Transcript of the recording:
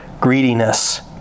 greediness